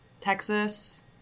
Texas